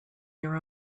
your